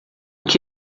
que